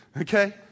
Okay